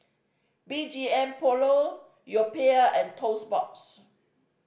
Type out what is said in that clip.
B G M Polo Yoplait and Toast Box